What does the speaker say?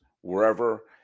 wherever